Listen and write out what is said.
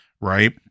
right